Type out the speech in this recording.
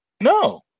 No